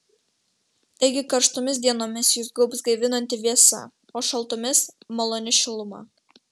taigi karštomis dienomis jus gaubs gaivinanti vėsa o šaltomis maloni šiluma